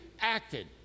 acted